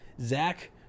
Zach